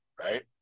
right